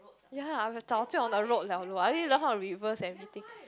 ya I would have 早就: zao jiu on the road liao loh I already learn how to reverse and everything